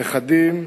הנכדים,